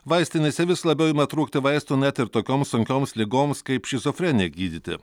vaistinėse vis labiau ima trūkti vaistų net ir tokioms sunkioms ligoms kaip šizofrenija gydyti